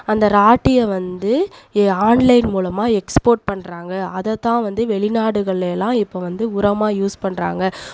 அந்த வராட்டிய வந்து ஆன்லைன் மூலமாக வந்து எக்ஸ்போட் பண்றாங்க அதைத்தான் வந்து வெளி நாடுகள்லயெல்லாம் இப்போ வந்து உரமாக யூஸ் பண்றாங்க